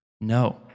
No